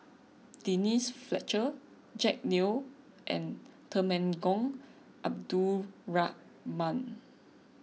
Denise Fletcher Jack Neo and Temenggong Abdul Rahman